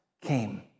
came